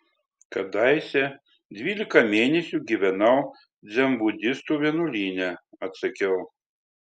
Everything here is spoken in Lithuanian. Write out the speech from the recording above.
kadaise dvylika mėnesių gyvenau dzenbudistų vienuolyne atsakiau